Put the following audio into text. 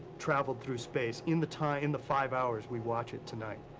travel through space in the time in the five hours we watch it tonight.